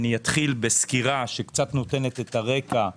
אני אתחיל בסקירה שקצת נותנת את הרקע.